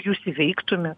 jūs įveiktumėte